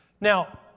Now